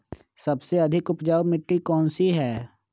सबसे अधिक उपजाऊ मिट्टी कौन सी हैं?